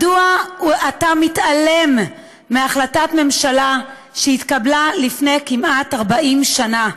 מדוע אתה מתעלם מהחלטת ממשלה שהתקבלה לפני כמעט 40 שנה?